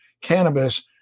cannabis